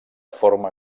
forma